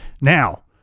Now